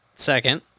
Second